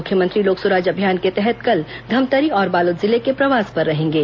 मुख्यमंत्री लोक सुराज अभियान के तहत कल धमतरी और बालोद जिले के प्रवास पर रहेंगे